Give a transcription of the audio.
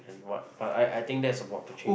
what but I I think that's about to change